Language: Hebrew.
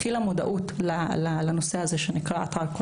התחילה מודעות לנושא הזה שנקרא אתר "כל